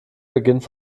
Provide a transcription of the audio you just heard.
beginnt